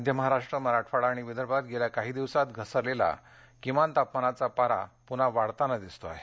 मध्य महाराष्ट्र मराठवाडा आणि विदर्भात गेल्या काही दिवसात घसरलेला किमान तापमानाचा पारा पुन्हा वाढताना दिसतो आहे